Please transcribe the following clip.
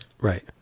right